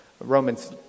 Romans